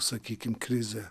sakykim krizę